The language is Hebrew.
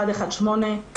118,